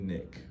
Nick